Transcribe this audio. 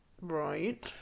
Right